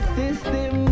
system